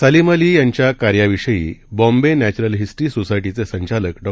सलिम अली यांच्या कार्याविषयी Bombay natural history सोसायटीचे संचालक डॉ